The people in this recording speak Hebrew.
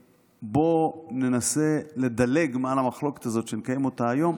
בוא ננסה לדלג מעל המחלוקת הזאת שנקיים אותה היום.